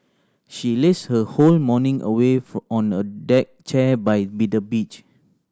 she lazed her whole morning away on a deck chair by be the beach